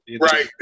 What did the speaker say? Right